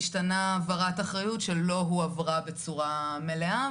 השתנה העברת אחריות שלא הועברה בצורה מלאה,